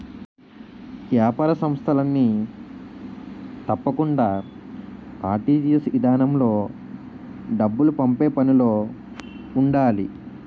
ఏపార సంస్థలన్నీ తప్పకుండా ఆర్.టి.జి.ఎస్ ఇదానంలో డబ్బులు పంపే పనులో ఉండాలి